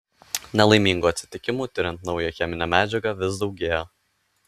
nelaimingų atsitikimų tiriant naują cheminę medžiagą vis daugėjo